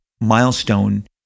Milestone